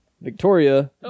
Victoria